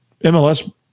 MLS